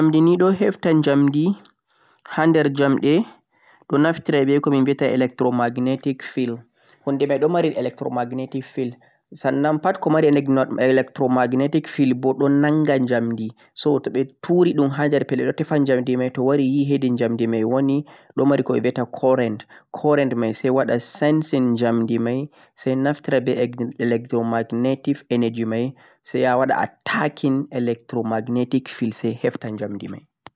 kettowa ni don heftan jamdi hander jamde do naftira be vie yata electromagnatic field hundugo edon electromagnatic field sanan pad kumare legno electromagnatic field boodon naangan jamdi so tabe turidhum haa jamdi mei toh wari yi hedhum jamdi mei wooni don mari ko e beta current mei sai wada sensin jamdi mei sai naftira be electromagnatic energy mei sai a wada a taakin electromagnatic field sai e heftan jamdi mei